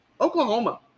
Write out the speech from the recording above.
Oklahoma